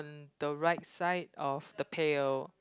the right side of the pail